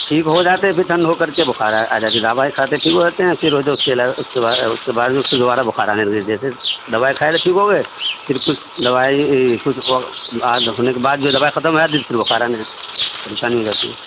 ٹھیک ہو جاتے ہیں پھر ٹھنڈ ہو کر کے بخار آ جاتی ہے دوائی کھاتے ہی ٹھیک ہو جاتے ہیں پھر وہ جو اس کے علاوہ اس کے با اس کے بعد بھی پھر دوبارہ بخار آنے لگی جیسے دوائی کھائے تو ٹھیک ہو گئے پھر کچھ دوائی کچھ ہونے کے بعد جب دوائی ختم ہو جاتی تھی تو پھر بخار آنے لگی پریشانی ہو جاتی ہے